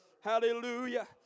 Hallelujah